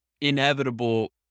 inevitable